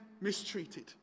mistreated